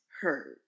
heard